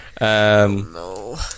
no